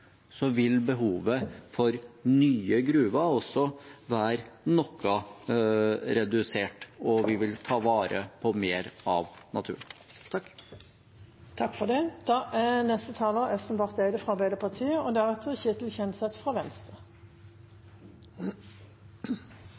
vil behovet for nye gruver også være noe redusert, og vi vil ta vare på mer av naturen. Da går vel denne debatten om FNs naturavtale gradvis mot slutten. Jeg synes det har vært en veldig god og